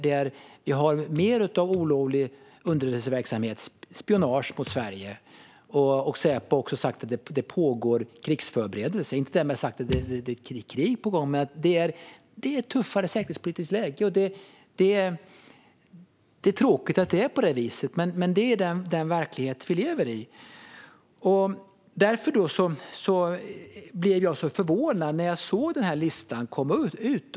Det förekommer mer olovlig underrättelseverksamhet, spionage, mot Sverige. Säpo har även sagt att krigsförberedelser pågår - därmed inte sagt att krig är på gång. Vi har dock ett tuffare säkerhetspolitiskt läge. Det är tråkigt att det är på detta vis, men det är den verklighet vi lever i. Jag blev därför förvånad när jag såg denna lista komma ut.